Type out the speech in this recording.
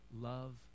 love